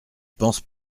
pense